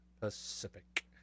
Pacific